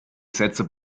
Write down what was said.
sätze